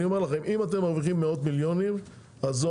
אם אתם מרוויחים מאות מיליונים אז זה